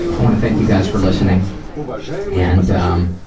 i want to thank you guys for listening and um,